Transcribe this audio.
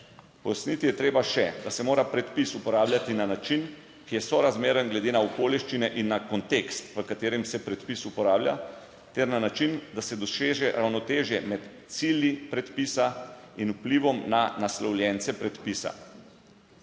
Pojasniti je treba še, da se mora predpis uporabljati na način, ki je sorazmeren glede na okoliščine in na kontekst, **114. TRAK (VI) 18.25** (nadaljevanje) v katerem se predpis uporablja ter na način, da se doseže ravnotežje med cilji predpisa in vplivom na naslovljence predpisa.